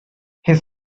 his